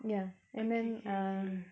ya and then uh